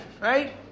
right